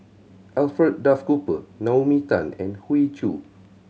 Alfred Duff Cooper Naomi Tan and Hoey Choo